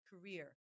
career